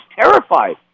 terrified